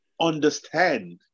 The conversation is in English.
understand